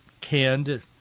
canned